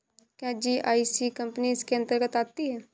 क्या GIC company इसके अन्तर्गत आती है?